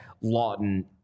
Lawton